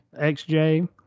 xj